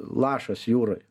lašas jūroj